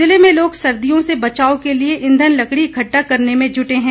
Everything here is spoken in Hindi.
ज़िले में लोग सर्दियों से बचाव के लिए ईंधन लकड़ी इकट्ठा करने में जुटे हैं